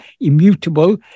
immutable